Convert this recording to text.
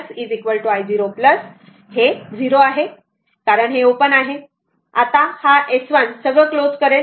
तर हा 0 आहे कारण हे ओपन होते आणि हे ओपन आहे आत्ता हा S1 सगळं क्लोज करेल